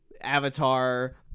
Avatar